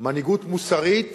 מנהיגות מוסרית